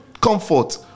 comfort